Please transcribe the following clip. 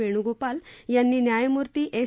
वेणुगोपल यांनी न्यायामूर्ती एस